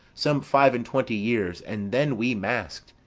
some five-and-twenty years, and then we mask'd.